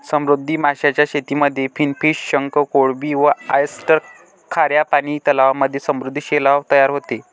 समुद्री माशांच्या शेतीमध्ये फिनफिश, शंख, कोळंबी व ऑयस्टर, खाऱ्या पानी तलावांमध्ये समुद्री शैवाल तयार होते